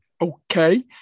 Okay